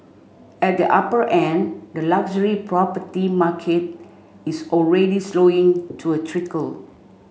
at the upper end the luxury property market is already slowing to a trickle